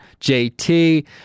JT